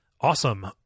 Awesome